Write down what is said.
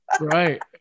Right